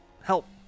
Help